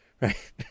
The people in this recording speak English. Right